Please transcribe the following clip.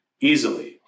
easily